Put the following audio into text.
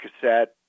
cassette